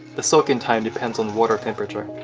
the soaking time depends on the water temperature.